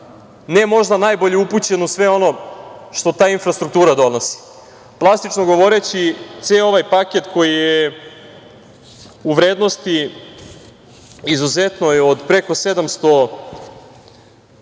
ne možda najbolje upućen u sve ono što ta infrastruktura donosi. Plastično govoreći, ceo ovaj paket koji je u vrednosti izuzetnoj od preko 700